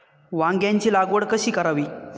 वांग्यांची लागवड कशी करावी?